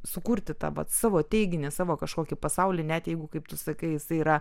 sukurti tą vat savo teiginį savo kažkokį pasaulį net jeigu kaip tu sakai jisai yra